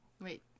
wait